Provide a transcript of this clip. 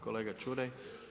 Kolega Čuraj.